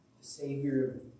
Savior